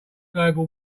global